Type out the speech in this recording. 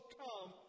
come